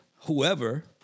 whoever